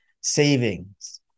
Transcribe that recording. savings